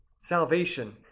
salvation